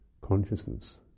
consciousness